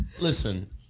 Listen